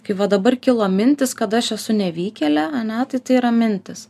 kai va dabar kilo mintys kad aš esu nevykėlė ane tai tai yra mintys